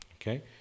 Okay